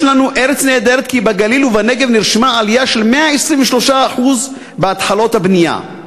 יש לנו ארץ נהדרת כי בגליל ובנגב נרשמה עלייה של 123% בהתחלות הבנייה.